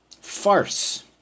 farce